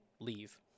leave